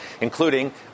including